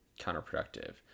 counterproductive